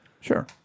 Sure